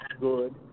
good